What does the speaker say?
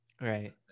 right